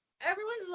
everyone's